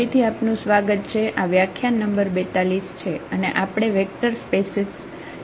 ફરીથી આપનું સ્વાગત છે આ વ્યાખ્યાન નંબર 42 છે અને આપણે વેક્ટર સ્પેસિસ ની આપણી ચર્ચા ચાલુ કરીશું